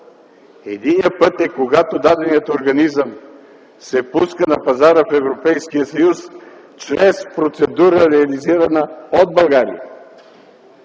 единият път е, когато даденият организъм се пуска на пазара в Европейския съюз чрез процедура, реализирана от България.